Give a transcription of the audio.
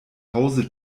hause